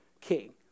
king